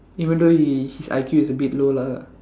even though he his I_Q is a bit low lah